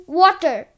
water